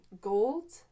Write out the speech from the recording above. gold